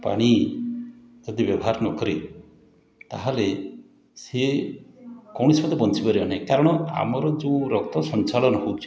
ପାଣି ଯଦି ବ୍ୟବହାର ନ କରିବେ ତା'ହେଲେ ସିଏ କୌଣସିମତେ ବଞ୍ଚିପାରିବ ନାହିଁ କାରଣ ଆମର ଯେଉଁ ରକ୍ତସଞ୍ଚାଳନ ହେଉଛି